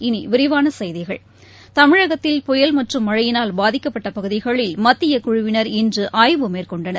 இனிவிரிவானசெய்திகள் தமிழகத்தில் புயல் மற்றும் மழையினால் பாதிக்கப்பட்டபகுதிகளில் மத்தியகுழுவினர் இன்றுஆய்வு மேற்கொண்டனர்